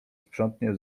sprzątnie